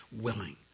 willing